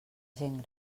gent